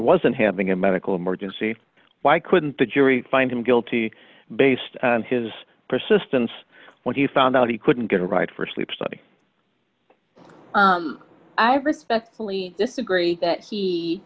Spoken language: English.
wasn't having a medical emergency why couldn't the jury find him guilty based on his persistence when he found out he couldn't get a ride for a sleep study i respectfully disagree that he